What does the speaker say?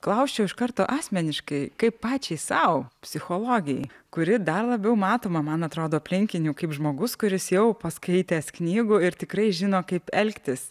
klausčiau iš karto asmeniškai kaip pačiai sau psichologei kuri dar labiau matoma man atrodo aplinkinių kaip žmogus kuris jau paskaitęs knygų ir tikrai žino kaip elgtis